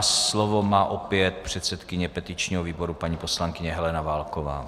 Slovo má opět předsedkyně petičního výboru, paní poslankyně Helena Válková.